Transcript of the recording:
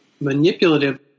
manipulative